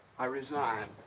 i resigned.